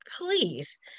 please